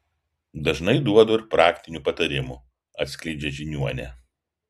dažnai duodu ir praktinių patarimų atskleidžia žiniuonė